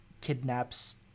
kidnaps